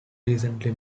recently